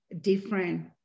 different